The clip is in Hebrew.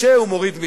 שהוא מוריד מסים,